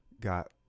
got